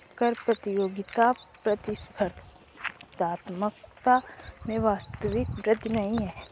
कर प्रतियोगिता प्रतिस्पर्धात्मकता में वास्तविक वृद्धि नहीं है